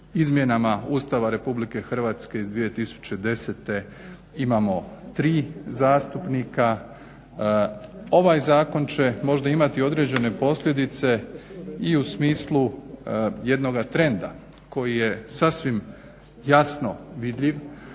izmjenama Ustava RH iz 2010.imamo tri zastupnika. Ovaj zakon će možda imati određen posljedice i u smislu jednoga trenda koji je sasvim jasno vidljiv,